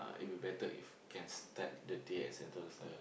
it will be better if can start the day at Sentosa